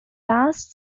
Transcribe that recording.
last